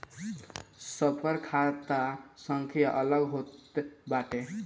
सबकर खाता संख्या अलग होत बाटे